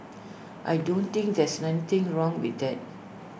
I don't think there's anything wrong with that